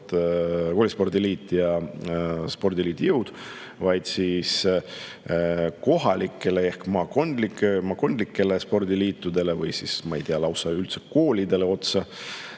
koolispordi liit ja spordiliit Jõud, vaid kohalikele ehk maakondlikele spordiliitudele või, ma ei tea, üldse otse koolidele. Post